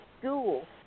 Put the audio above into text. school